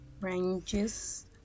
ranges